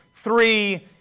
Three